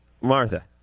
Martha